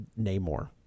Namor